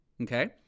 okay